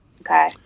Okay